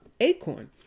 acorn